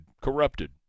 corrupted